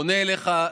פונה אליך,